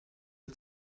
die